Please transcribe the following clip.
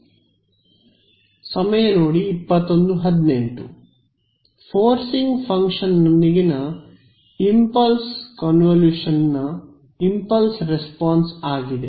ವಿದ್ಯಾರ್ಥ ವಿದ್ಯಾರ್ಥಿ forcing function ನೊಂದಿಗಿನ impulse convolution ನ ಇಂಪಲ್ಸ್ ರೆಸ್ಪಾನ್ಸ್ ಆಗಿದೆ